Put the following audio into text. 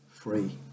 Free